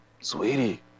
sweetie